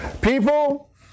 People